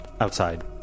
Outside